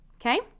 okay